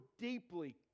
deeply